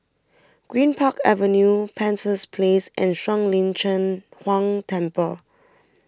Greenpark Avenue Penshurst Place and Shuang Lin Cheng Huang Temple